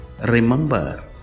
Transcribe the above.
Remember